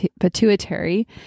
pituitary